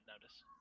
Notice